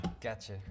Gotcha